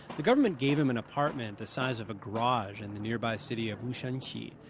the government gave him an apartment the size of a garage in the nearby city of wushenqi.